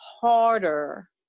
harder